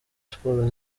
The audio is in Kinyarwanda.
siporo